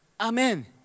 Amen